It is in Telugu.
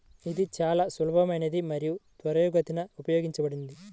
ఇది చాలా సులభమైనది మరియు త్వరితగతిన ఉపయోగించడం